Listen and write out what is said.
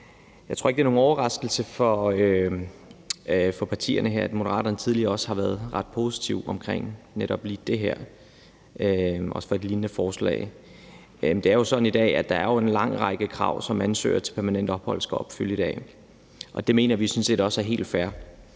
Jeg tror ikke, det er nogen overraskelse for partierne her, at Moderaterne tidligere også har været ret positive omkring netop lige det her, også i forhold til et lignende forslag. Det er jo sådan i dag, at der er en lang række krav, som ansøgere af permanent ophold skal opfylde. Det mener vi sådan set også er helt fair.